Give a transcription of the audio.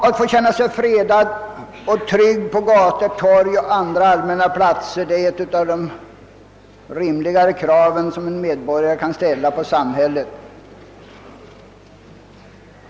Att få känna sig fredad och trygg på gator, torg och andra allmänna platser är ett av de rimligare krav medborgarna kan ställa på samhället.